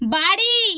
বাড়ি